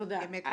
תודה.